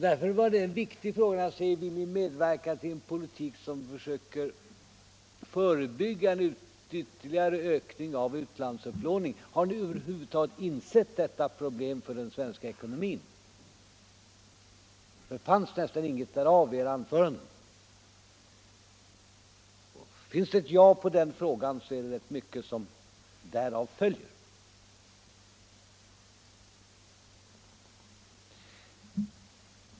Därför var det en viktig fråga jag ställde när jag undrade om ni vill medverka till en politik, som försöker förebygga en ytterligare ökning av utlandsupplåningen. Har ni över huvud taget insett detta problem för den svenska ekonomin? Det fanns nästan ingenting av det i era anföranden. Får vi ett ja på den frågan, är det rätt mycket som därav följer.